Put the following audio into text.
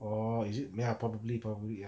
orh is it may ya probably probably ya